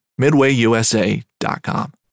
MidwayUSA.com